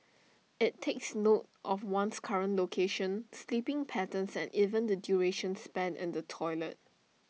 IT takes note of one's current location sleeping patterns and even the duration spent in the toilet